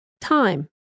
time